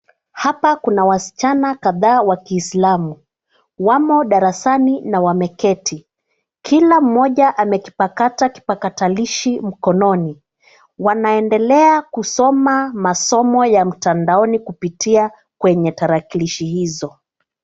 Hapa kuna wasichana kadhaa wa kiislamu, wamo darasani na wameketi. Kila mmoja amekipakata kipakatalishi mkononi. Wanaendelea kusoma masomo ya mtandaoni kupitia kwenye tarakilishi hizo.